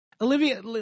Olivia